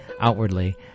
outwardly